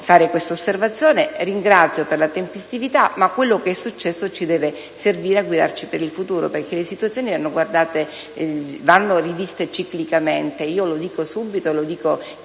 fare questa osservazione. Ringrazio per la tempestività, ma quel che è successo deve servire a guidarci per il futuro, perché le situazioni vanno riviste ciclicamente. Lo dico subito e lo dico